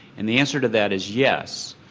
and the answer to that is yes,